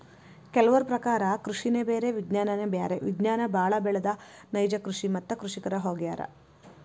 ಕೆಲವರ ಪ್ರಕಾರ ಕೃಷಿನೆ ಬೇರೆ ವಿಜ್ಞಾನನೆ ಬ್ಯಾರೆ ವಿಜ್ಞಾನ ಬಾಳ ಬೆಳದ ನೈಜ ಕೃಷಿ ಮತ್ತ ಕೃಷಿಕರ ಹೊಗ್ಯಾರ